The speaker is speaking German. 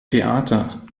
theater